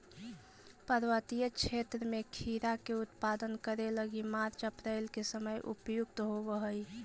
पर्वतीय क्षेत्र में खीरा के उत्पादन करे लगी मार्च अप्रैल के समय उपयुक्त होवऽ हई